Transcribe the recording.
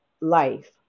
life